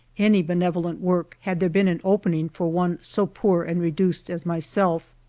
any benevolent work, had there been an opening for one so poor and reduced as myself.